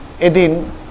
edin